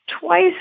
twice